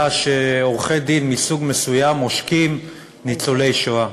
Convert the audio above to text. שעורכי-דין מסוג מסוים עושקים ניצולי שואה.